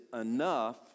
enough